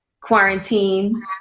quarantine